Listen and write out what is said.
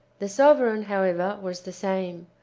the sovereign, however, was the same.